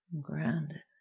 grounded